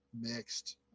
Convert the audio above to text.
mixed